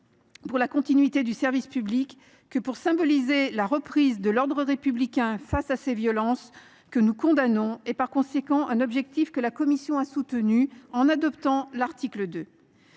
continuité du service public que pour symboliser la reprise de l’ordre républicain face à ces violences que nous condamnons, est un objectif que la commission a soutenu en adoptant l’article 2.